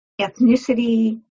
ethnicity